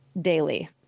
daily